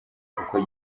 uko